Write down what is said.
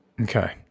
Okay